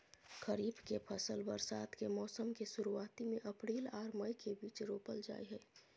खरीफ के फसल बरसात के मौसम के शुरुआती में अप्रैल आर मई के बीच रोपल जाय हय